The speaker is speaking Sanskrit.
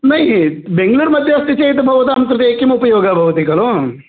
न बेङ्गलूर् मध्ये अस्ति चेत् भवतां कृते किम् उपयोगः भवति खलु